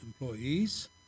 employees